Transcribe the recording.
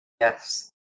yes